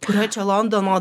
kurioj čia londono